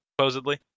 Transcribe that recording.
supposedly